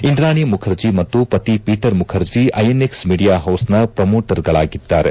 ಇಂದ್ರಾಣಿ ಮುಖರ್ಜಿ ಮತ್ತು ಪತಿ Peter Mukherjee INX media ಹೌಸ್ನ ಪ್ರಮೋಟರ್ಗಿದ್ದಾರೆ